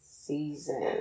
season